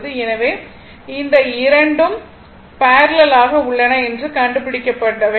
எனவே இந்த இரண்டும் பேரலல் ஆக உள்ளது என்று கண்டுபிடிக்க வேண்டும்